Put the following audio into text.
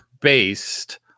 based